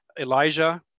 Elijah